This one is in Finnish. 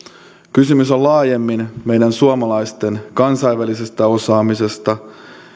kysymys on laajemmin meidän suomalaisten kansainvälisestä osaamisesta